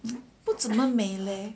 不怎么美勒